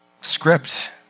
script